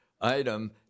item